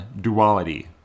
duality